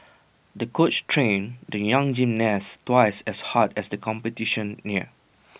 the coach trained the young gymnast twice as hard as the competition neared